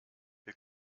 wir